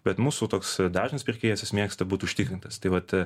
bet mūsų toks dažnas pirkėjas jis mėgsta būt užtikrintas tai vat